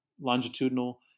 longitudinal